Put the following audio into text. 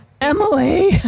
Emily